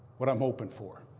what i'm hoping for.